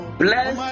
bless